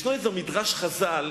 יש מדרש חז"ל